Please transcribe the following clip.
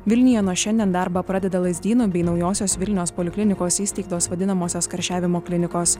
vilniuje nuo šiandien darbą pradeda lazdynų bei naujosios vilnios poliklinikos įsteigtos vadinamosios karščiavimo klinikos